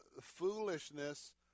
foolishness